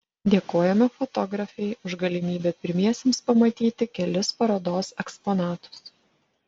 dėkojame fotografei už galimybę pirmiesiems pamatyti kelis parodos eksponatus